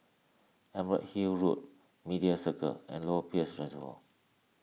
Emerald Hill Road Media Circle and Lower Peirce Reservoir